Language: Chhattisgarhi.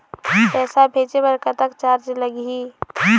पैसा भेजे बर कतक चार्ज लगही?